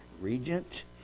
regent